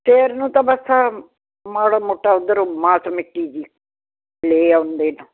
ਸ਼ੇਰ ਨੂੰ ਤਾਂ ਬਸ ਮਾੜਾ ਮੋਟਾ ਓਧਰੋਂ ਮਾਸ ਮਿੱਟੀ ਜੀ ਲੈ ਆਉਂਦੇ ਅਨ